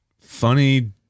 funny